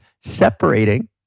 separating